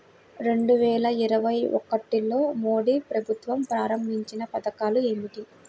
రెండు వేల ఇరవై ఒకటిలో మోడీ ప్రభుత్వం ప్రారంభించిన పథకాలు ఏమిటీ?